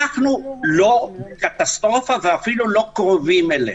אנחנו לא בקטסטרופה, ואפילו לא קרובים אליה.